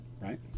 ...right